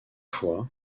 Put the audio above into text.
fois